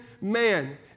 man